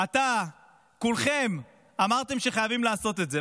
אתה, כולכם אמרתם שחייבים לעשות את זה.